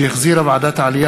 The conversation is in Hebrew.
שהחזירה ועדת העלייה,